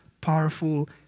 powerful